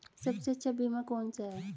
सबसे अच्छा बीमा कौन सा है?